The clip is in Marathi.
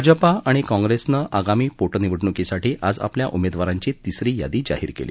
भाजपा आणि काँग्रेसनं आगामी पोटनिवडणुकीसाठी आज आपल्या उमेदवारांची तिसरी यादी जाहीर केली